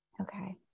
Okay